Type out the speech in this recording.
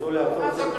יחזור לארצו.